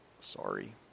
Sorry